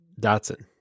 Datsun